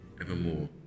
evermore